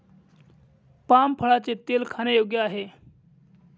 palm फळाचे तेल खाण्यायोग्य आहे